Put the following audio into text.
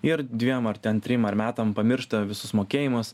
ir dviem ar ten trim ar metam pamiršta visus mokėjimus